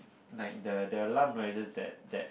like the the alarm noises that that